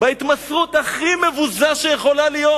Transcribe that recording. בהתמסרות הכי מבוזה שיכולה להיות.